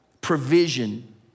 provision